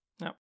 No